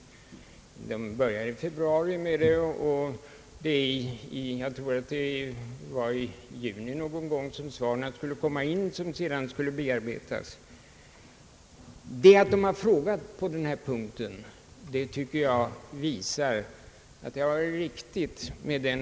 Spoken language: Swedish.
Arbetet började i februari och någon gång i juni skulle svaren komma in, vilka sedan skulle bearbetas. Att socialstyrelsen har gjort en enkät på denna punkt tycker jag visar att det har rått svårigheter just i detta avseende.